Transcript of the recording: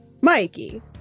Mikey